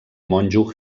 monjo